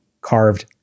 carved